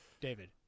David